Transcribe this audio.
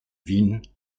wien